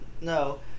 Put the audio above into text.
No